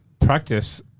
practice